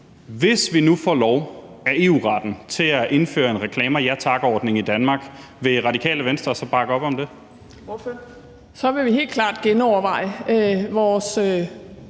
Hvis vi nu får lov af EU-retten til at indføre en Reklamer Ja Tak-ordning i Danmark, vil Radikale Venstre så bakke op om det? Kl. 14:43 Fjerde